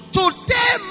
today